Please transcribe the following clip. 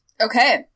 okay